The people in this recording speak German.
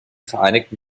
vereinigten